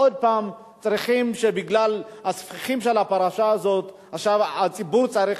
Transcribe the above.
בגלל הספיחים של הפרשה הזאת עכשיו הציבור צריך